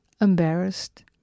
embarrassed